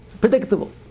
predictable